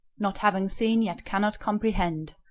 not having seen, yet cannot comprehend.